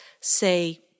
say